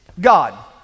God